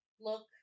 look